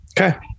okay